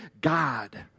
God